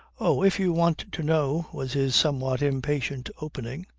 oh, if you want to know, was his somewhat impatient opening.